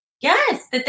Yes